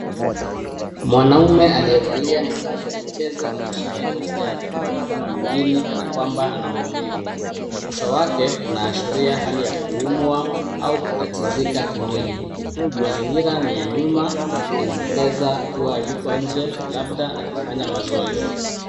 Mwanaume aliyevalia mavazi ya michezo anashika goti lake kwa mikono miwili kana kwamba ana maumivu. Uso wake unaashiria hali ya kuumwa au kutatizika kimwili. Mazingira ni ya nyuma, yanadokeza kuwa yuko nje labda akifanya mazoezi.